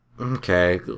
Okay